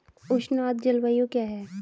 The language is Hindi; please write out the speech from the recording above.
उष्ण आर्द्र जलवायु क्या है?